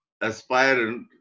aspirant